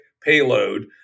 payload